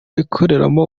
ikoreramo